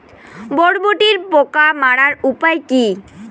বরবটির পোকা মারার উপায় কি?